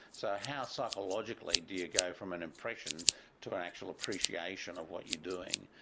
so how psychologically do you go from an impression to an actual appreciation of what you're doing?